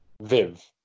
viv